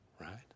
right